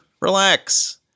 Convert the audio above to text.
relax